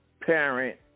parent